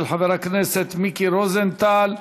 של חבר הכנסת מיקי רוזנטל: